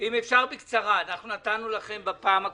אם אפשר לדבר בקצרה, נתנו לכם לדבר בפעם הקודמת.